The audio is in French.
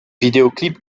vidéoclip